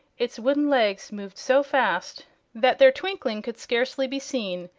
its wooden legs moved so fast that their twinkling could scarcely be seen,